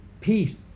peace